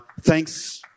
thanks